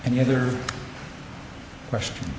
and the other question